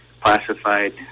classified